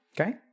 Okay